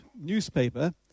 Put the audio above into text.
newspaper